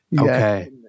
Okay